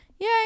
yay